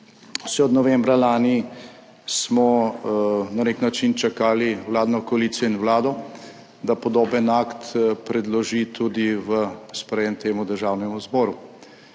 Vse od novembra lani smo na nek način čakali vladno koalicijo in Vlado, da podoben akt predloži tudi v sprejem temu Državnemu zboru.